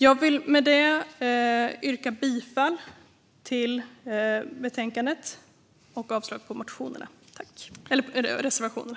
Jag vill med det yrka bifall till förslaget i betänkandet och avslag på reservationerna.